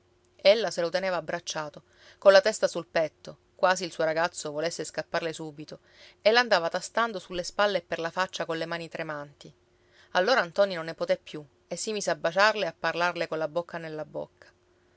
addolorata ella se lo teneva abbracciato colla testa sul petto quasi il suo ragazzo volesse scapparle subito e l'andava tastando sulle spalle e per la faccia colle mani tremanti allora ntoni non ne poté più e si mise a baciarla e a parlarle colla bocca nella bocca